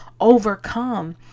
overcome